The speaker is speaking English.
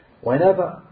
whenever